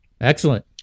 excellent